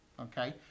okay